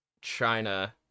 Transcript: China